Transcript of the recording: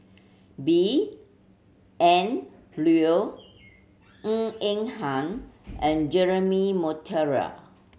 B N Rao Ng Eng Hen and Jeremy Monteiro